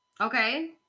Okay